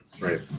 Right